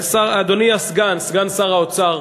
אדוני סגן שר האוצר,